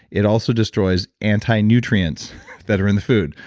it also destroys anti-nutrients that are in the food.